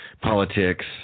politics